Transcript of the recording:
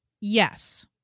Yes